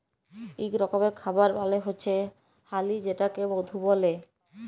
ইক রকমের খাবার মালে হচ্যে হালি যেটাকে মধু ব্যলে